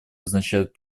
означать